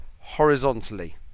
horizontally